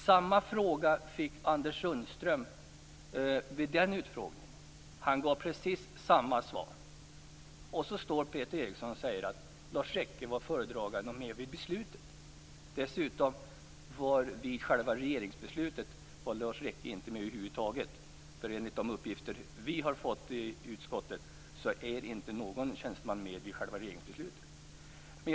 Samma fråga fick Anders Sundström vid utfrågningen och han gav precis samma svar. Ändå säger Peter Eriksson att Lars Rekke var föredragande och med vid beslutet. Men jag kan säga att Lars Rekke över huvud taget inte var med vid själva regeringsbeslutet. Enligt de uppgifter som vi i utskottet har fått är inte någon tjänsteman med vid själva regeringsbeslutet.